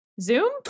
Zoom